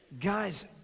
Guys